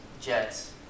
Jets